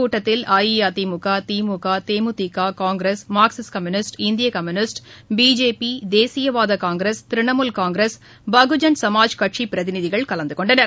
கூட்டத்தில் AIADMK DMK DMDK Congress Marxist Communist இந்திய Communist BJP தேசியவாத காங்கிரஸ் திரிணமுல் காங்கிரஸ் பகுஜன் சமாஜ் கட்சிப் பிரதிநிதிகள் கலந்து கொண்டனர்